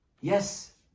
Yes